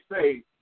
say